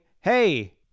hey